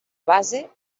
base